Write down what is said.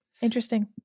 Interesting